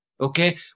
Okay